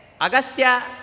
Agastya